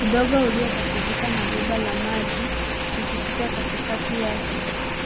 Udongo uliotatizika na bomba la maji, likipita katikati yake.